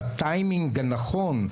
בטיימינג הנכון.